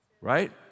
Right